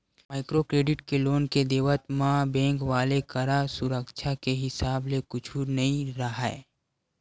micro credit के loan के देवत म बेंक वाले करा सुरक्छा के हिसाब ले कुछु नइ राहय